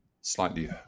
slightly